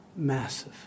Massive